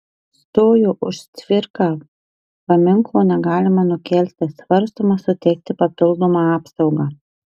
stojo už cvirką paminklo negalima nukelti svarstoma suteikti papildomą apsaugą